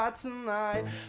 tonight